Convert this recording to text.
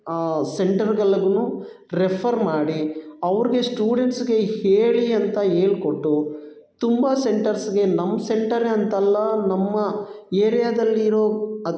ಸೆಂಟರ್ಗೆಲ್ಲಗೂ refer ಮಾಡಿ ಅವ್ರಿಗೆ ಸ್ಟೂಡೆಂಟ್ಸ್ಗೆ ಹೇಳಿ ಅಂತ ಹೇಳ್ಕೊಟ್ಟು ತುಂಬ ಸೆಂಟರ್ಸ್ಗೆ ನಮ್ಮ ಸೆಂಟರೆ ಅಂತಲ್ಲ ನಮ್ಮ ಏರಿಯಾದಲ್ಲಿರೋ ಅತ್